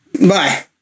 Bye